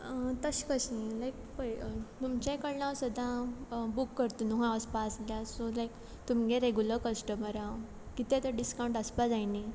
तशें कशें लायक पळय तुमचे कडल्यान सदां बूक करता न्हू हांव वचपा आसल्या सो लायक तुमगे रेगुलर कस्टमर हांव किद्या ते डिस्कावंट आसपा जाय न्ही